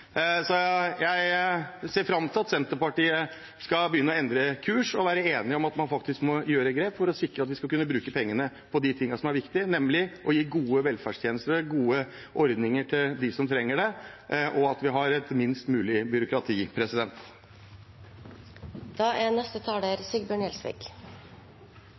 Jeg ser fram til at Senterpartiet skal begynne å endre kurs og være enig i at man faktisk må ta grep for å sikre at vi skal kunne bruke pengene på det som er viktig, nemlig å gi gode velferdstjenester og gode ordninger til dem som trenger det, og at vi har minst mulig byråkrati.